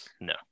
No